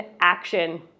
action